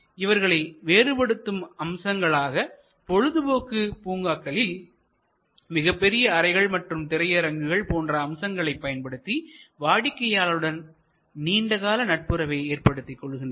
இவர்களை வேறுபடுத்தும் அம்சங்களாக பொழுதுபோக்கு பூங்காக்களில் மிகப்பெரிய அறைகள் மற்றும் திரையரங்குகள் போன்ற அம்சங்களை பயன்படுத்தி வாடிக்கையாளருடன் நீண்ட கால நட்புறவை ஏற்படுத்திக் கொள்கின்றனர்